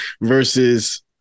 versus